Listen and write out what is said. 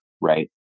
right